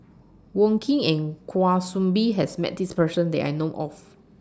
Wong Keen and Kwa Soon Bee has Met This Person that I know of